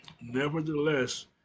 Nevertheless